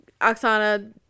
Oksana